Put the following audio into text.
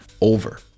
over